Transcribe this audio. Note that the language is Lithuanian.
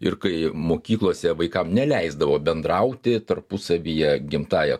ir kai mokyklose vaikam neleisdavo bendrauti tarpusavyje gimtąja